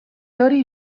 hori